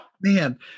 Man